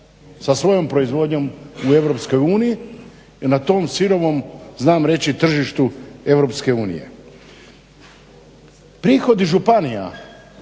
sa svojom proizvodnjom u EU i na tom sirovom znam reći tržištu EU. Prihodi županija